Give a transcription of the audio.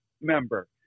member